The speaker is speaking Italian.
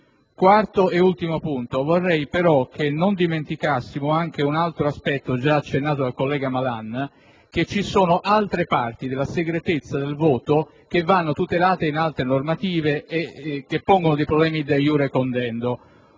quarto ed ultimo punto, vorrei non dimenticassimo anche un altro aspetto già accennato dal collega Malan. Mi riferisco al fatto che altre parti della segretezza del voto vanno tutelate in altre normative e pongono problemi *de iure condendo*.